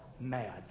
mad